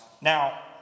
Now